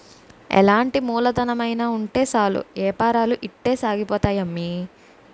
ఎలాంటి మూలధనమైన ఉంటే సాలు ఏపారాలు ఇట్టే సాగిపోతాయి అమ్మి